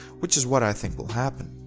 which is what i think will happen.